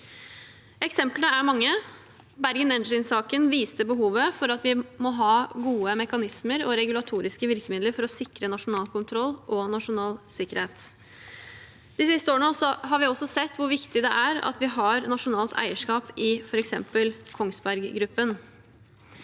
Eksemplene er mange. Bergen Engines-saken viste behovet for å ha gode mekanismer og regulatoriske virkemidler for å sikre nasjonal kontroll og nasjonal sikkerhet. De siste årene har vi også sett hvor viktig det er at vi har nasjonalt eierskap i f.eks. Kongsberg Gruppen.